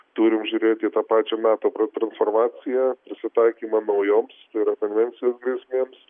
turim žiūrėti į tą pačio meto tra transformaciją prisitaikymą naujoms tai yra konvencinėm grėsmėms